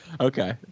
Okay